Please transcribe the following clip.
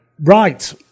Right